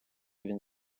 він